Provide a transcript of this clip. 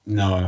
no